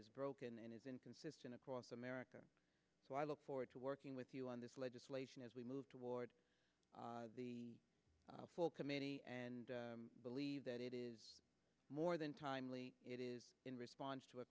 is broken and has been consistent across america so i look forward to working with you on this legislation as we move toward the full committee and believe that it is more than timely it is in response to a